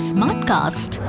Smartcast